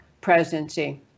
presidency